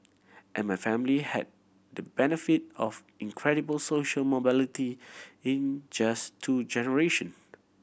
and my family had the benefit of incredible social mobility in just two generation